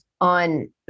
on